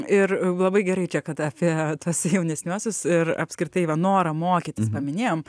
ir labai gerai čia apie tuos jaunesniuosius ir apskritai va norą mokytis paminėjom